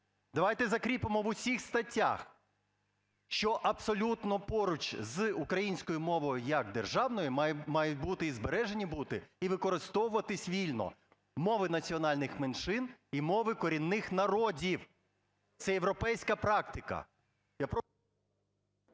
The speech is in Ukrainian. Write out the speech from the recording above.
Давайте закріпимо в усіх статтях, що абсолютно поруч з українською мовою як державною мають бути, і збережені бути, і використовуватись вільно мови національних меншин і мови корінних народів. Це європейська практика.